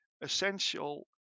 essential